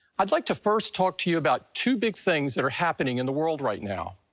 i'd like to first talk to you about two big things that are happening in the world right now.